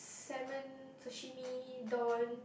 salmon sashimi don